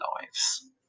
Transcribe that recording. lives